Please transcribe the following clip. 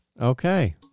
Okay